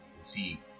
see